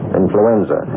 influenza